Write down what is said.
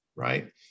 Right